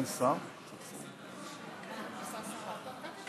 תתחיל לדבר, וכשיגיע השר אני אפעיל את השעון.